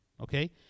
okay